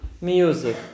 Music